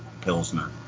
pilsner